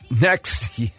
next